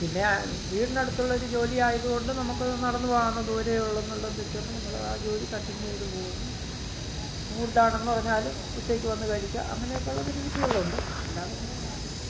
പിന്നെ വീടിനടുത്തുള്ള ഒരു ജോലി ആയത് കൊണ്ട് നമുക്ക് നടന്ന് പോകാവുന്ന ദൂരമേ ഉള്ളൂ എന്നുള്ളത് വച്ച് കൊണ്ട് നമ്മൾ ആ ജോലി കണ്ടിന്യൂ ചെയ്ത് പോവുന്നു ഫുഡ്ഡാണെന്ന് പറഞ്ഞാലും ഉച്ചയ്ക്ക് വന്ന് കഴിക്കാം അങ്ങനെ ഒക്കെയുള്ള ബെനിഫിറ്റുകളുണ്ട് അല്ലാതൊന്നുമില്ല അതിനകത്ത്